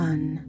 One